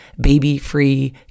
baby-free